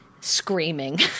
screaming